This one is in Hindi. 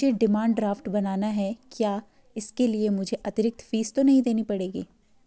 मुझे डिमांड ड्राफ्ट बनाना है क्या इसके लिए मुझे अतिरिक्त फीस तो नहीं देनी पड़ेगी?